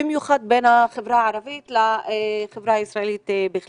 במיוחד בין החברה הערבית לחברה הישראלית.